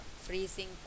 freezing